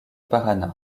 paraná